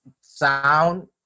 sound